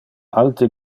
alte